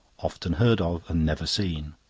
often heard of and never seen.